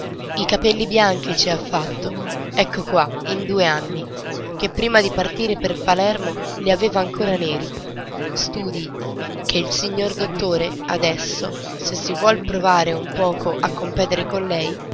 i capelli bianchi ci ha fatto ecco qua in due anni che prima di partire per palermo li aveva ancora neri studii che il signor dottore adesso se si vuol provare un poco a competere con lei